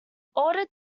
ordered